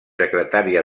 secretària